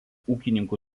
ūkininkų